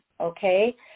Okay